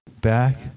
back